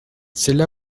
celle